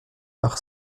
par